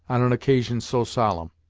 on an occasion so solemn.